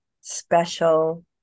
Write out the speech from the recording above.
special